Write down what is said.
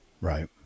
Right